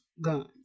guns